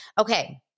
Okay